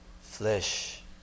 flesh